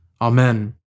Amen